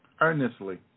earnestly